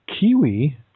Kiwi